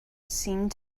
seemed